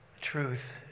truth